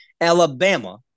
Alabama